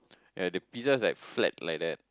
yea the pizza is like flat like that